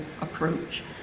approach